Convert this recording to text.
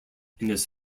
his